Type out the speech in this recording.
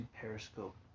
Periscope